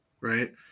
right